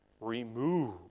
remove